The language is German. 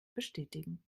bestätigen